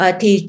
thì